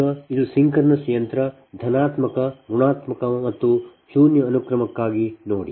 ಈಗ ಇದು ಸಿಂಕ್ರೊನಸ್ ಯಂತ್ರ ಧನಾತ್ಮಕ ಋಣಾತ್ಮಕಮತ್ತು ಶೂನ್ಯ ಅನುಕ್ರಮಕ್ಕಾಗಿ ನೋಡಿ